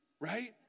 Right